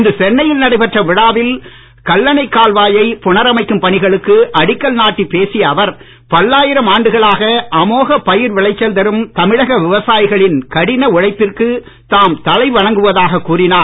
இன்று சென்னையில் நடைபெற்ற விழாவில் கல்லணை கால்வாயை புனரமைக்கும் பணிகளுக்கு அடிக்கல் நாட்டி பேசிய அவர் பல்லாயிரம் ஆண்டுகளாக அமோகப் பயிர் விளைச்சல் தரும் தமிழக விவசாயிகளின் கடின உழைப்பிற்கு தாம் தலை வணங்குவதாக கூறினார்